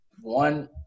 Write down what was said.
one